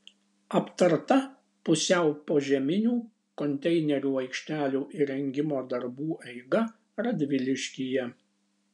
aptarta pusiau požeminių konteinerių aikštelių įrengimo darbų eiga radviliškyje